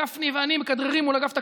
גפני ואני מכדררים מול אגף התקציבים,